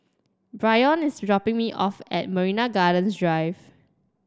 Bryon is dropping me off at Marina Gardens Drive